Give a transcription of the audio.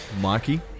Mikey